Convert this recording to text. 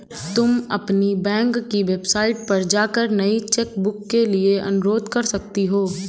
तुम अपनी बैंक की वेबसाइट पर जाकर नई चेकबुक के लिए अनुरोध कर सकती हो